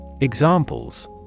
Examples